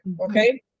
Okay